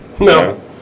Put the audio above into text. No